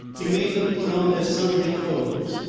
he made them put on their sunday clothes.